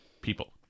people